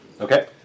Okay